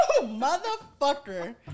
Motherfucker